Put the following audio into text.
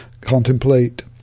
contemplate